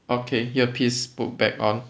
okay ear piece put back on